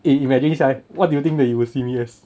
eh imagine 一下 leh what do you think that you will see me as